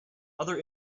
other